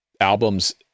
albums